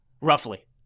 roughly